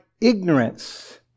ignorance